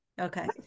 Okay